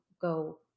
go